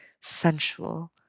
sensual